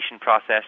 process